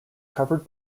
covered